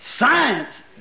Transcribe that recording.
science